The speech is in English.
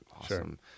awesome